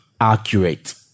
accurate